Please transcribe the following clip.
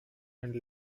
and